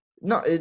No